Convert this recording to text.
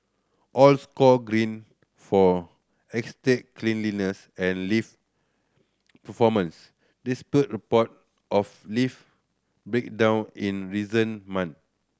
all scored Green for estate cleanliness and lift performance despite report of lift breakdown in reason month